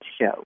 Show